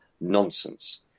nonsense